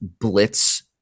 blitz